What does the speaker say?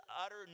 utter